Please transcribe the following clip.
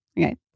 Okay